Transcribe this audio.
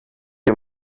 iyo